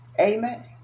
Amen